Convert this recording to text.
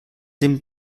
dem